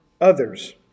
others